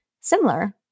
similar